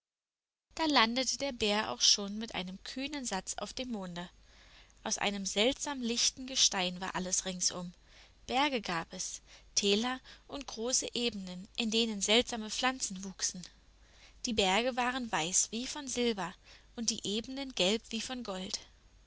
da landete der bär auch schon mit einem kühnen satz auf dem monde aus einem seltsam lichten gestein war alles ringsum berge gab es täler und große ebenen in denen seltsame pflanzen wuchsen die berge waren weiß wie von silber und die ebenen gelb wie von gold